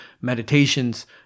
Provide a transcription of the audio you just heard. meditations